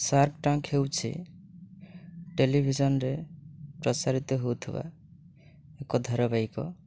Shark Tank ହେଉଛି ଟେଲିଭିଜନ୍ରେ ପ୍ରସାରିତ ହେଉଥିବା ଏକ ଧାରାବାହିକ